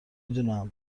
دونم